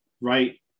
Right